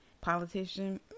politician